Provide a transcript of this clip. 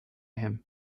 him